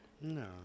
No